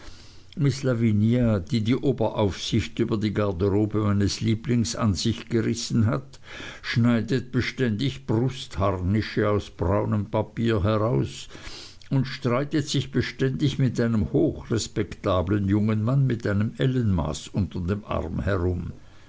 miß lavinia die die oberaufsicht über die garderobe meines lieblings an sich gerissen hat schneidet beständig brustharnische aus braunem papier aus und streitet sich beständig mit einem hochrespektablen jungen mann mit einem ellenmaß unter dem arm herum